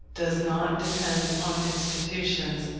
does not depend on institutions,